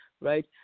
Right